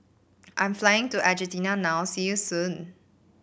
I'm flying to Argentina now see you soon